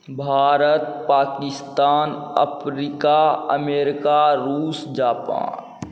Bharat Pakistan Africa America रूस Japan